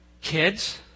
Kids